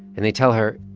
and they tell her,